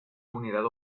unidad